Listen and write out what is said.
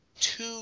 two